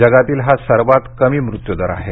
जगातील हा सर्वांत कमी मृत्यूदर आहे